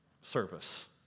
service